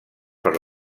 per